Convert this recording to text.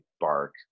bark